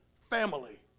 family